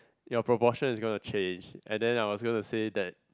your proportion is gonna change and then I was gonna say that